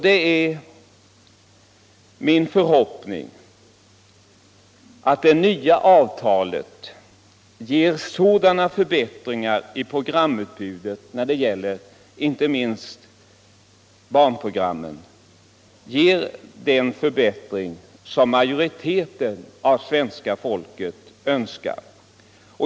Det är min förhoppning att det nya avtalet ger sådana förbättringar ljudradioanlägg i programutbudet, inte minst när det gäller barnprogrammen, som majoriteten av svenska folket önskar.